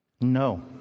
No